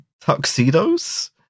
tuxedos